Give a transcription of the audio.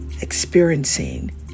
Experiencing